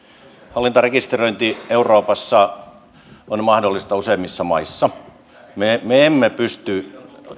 hallintarekisteröinti euroopassa on mahdollista useimmissa maissa me me emme pysty